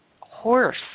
horse